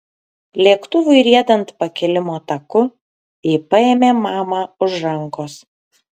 lėktuvui riedant pakilimo taku ji paėmė mamą už rankos